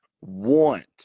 want